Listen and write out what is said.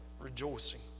rejoicing